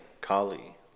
Kali